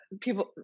people